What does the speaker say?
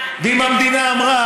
ואם המדינה אמרה